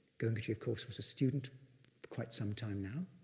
goenkaji of course was a student quite some time now.